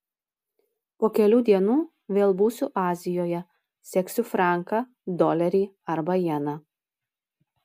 po kelių dienų vėl būsiu azijoje seksiu franką dolerį arba jeną